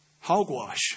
Hogwash